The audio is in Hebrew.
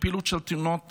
בפעילות של תנועת